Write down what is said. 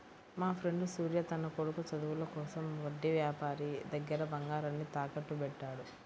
మాఫ్రెండు సూర్య తన కొడుకు చదువుల కోసం వడ్డీ యాపారి దగ్గర బంగారాన్ని తాకట్టుబెట్టాడు